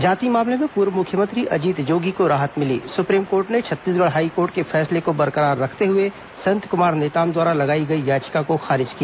जाति मामले में पूर्व मुख्यमंत्री अजित जोगी को राहत मिली सुप्रीम कोर्ट ने छत्तीसगढ़ हाईकोर्ट के फैसले को बरकरार रखते हुए संत कुमार नेताम द्वारा लगाई गई याचिका को खारिज किया